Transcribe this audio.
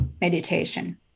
meditation